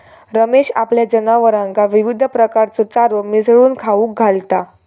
रमेश आपल्या जनावरांका विविध प्रकारचो चारो मिसळून खाऊक घालता